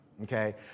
Okay